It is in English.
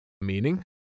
Meaning